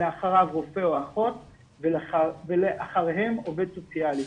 לאחריו רופא או אחות ולאחריהם עובד סוציאלי.